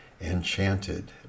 enchanted